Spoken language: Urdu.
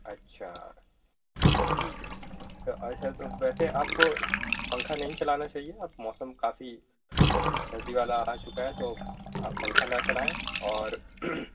اچھا ٹھیک ہے تو اچھا تو ویسے آپ کو پنکھا نہیں چلانا چاہیے اب موسم کافی سردی والا آ چکا ہے تو آپ پنکھا نا چلائیں اور